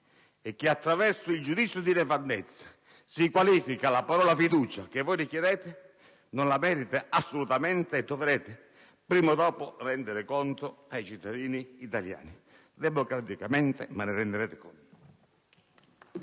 e che attraverso il giudizio di nefandezza qualifica la parola fiducia che voi richiedete, non la meriti assolutamente. Dovrete prima o dopo renderne conto ai cittadini italiani; democraticamente, ma ne renderete conto.